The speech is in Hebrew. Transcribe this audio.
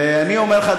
ואני אומר לך,